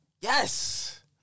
Yes